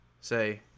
say